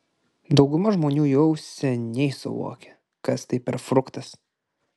dauguma žmonių jau seniai suvokė kas tai per fruktas